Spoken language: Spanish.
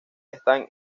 están